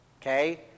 Okay